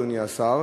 אדוני השר,